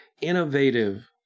innovative